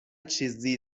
چیزی